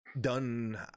done